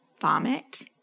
vomit